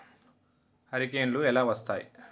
హరికేన్లు ఎలా వస్తాయి?